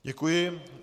Děkuji.